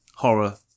horror